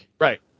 Right